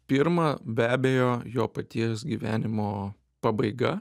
pirma be abejo jo paties gyvenimo pabaiga